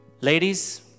Ladies